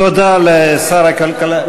תודה לשר הכלכלה.